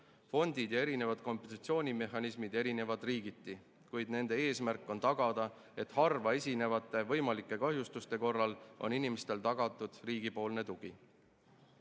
Fondid ja kompensatsioonimehhanismid erinevad riigiti, kuid nende eesmärk on tagada, et harva esinevate võimalike kahjustuste korral on inimestele tagatud riigi